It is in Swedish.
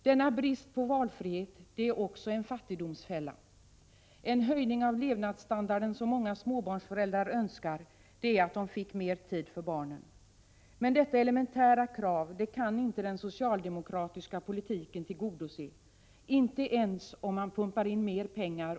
Denna brist på valfrihet är också en fattigdomsfälla. En höjning av levnadsstandarden som många småbarnsföräldrar önskar är att få mer tid för barnen. Men detta elementära krav kan inte den socialdemokratiska politiken tillgodose — inte ens om man pumpar in mer pengar.